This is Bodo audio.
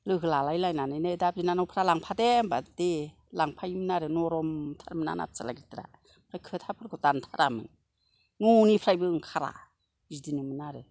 लोगो लालायलायनानैनो दा बिनानावफ्रा लांफादे होनबा दे लांफायोमोन आरो नरम थारमोन आंना फिसाला गिदिरा खोथाफोरखौ दानथारामोन न'निफ्रायबो ओंखारा बिदिनोमोन आरो